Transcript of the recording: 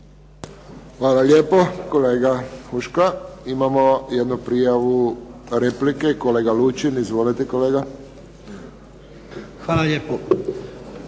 Hvala lijepo kolega Huška. Imamo jednu prijavu replike, kolega Lučin. Izvolite kolega. **Lučin,